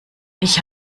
ich